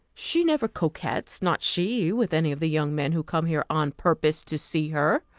she never coquets, not she, with any of the young men who come here on purpose to see her.